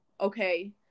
okay